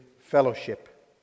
fellowship